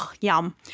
yum